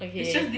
okay